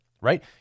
Right